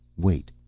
wait.